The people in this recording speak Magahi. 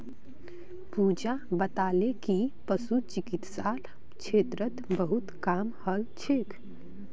पूजा बताले कि पशु चिकित्सार क्षेत्रत बहुत काम हल छेक